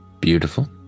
Beautiful